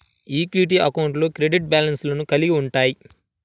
equity అకౌంట్లు credit బ్యాలెన్స్లను కలిగి ఉంటయ్యి